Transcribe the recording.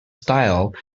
style